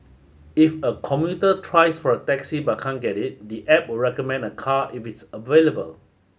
if a commuter tries for a taxi but can't get it the App will recommend a car if it's available